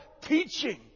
teaching